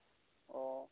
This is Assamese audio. অ